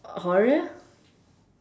horror